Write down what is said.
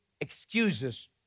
excuses